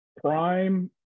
prime